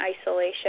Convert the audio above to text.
isolation